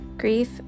Grief